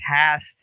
past